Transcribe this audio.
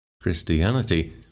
Christianity